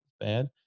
bad